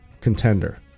contender